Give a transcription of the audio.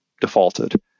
defaulted